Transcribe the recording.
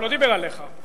הוא לא דיבר עליך.